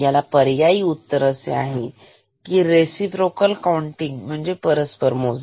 याला पर्यायी उत्तर असे आहे की रिसिप्रोकल काउंटिंगम्हणजे परस्पर मोजणी